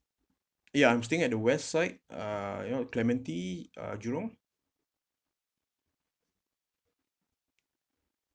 ya I'm staying at the west side uh you know clementi uh jurong